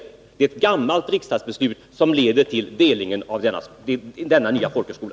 Det är alltså ett gammalt riksdagsbeslut som leder till uppkomsten av denna nya folkhögskola.